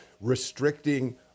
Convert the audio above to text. restricting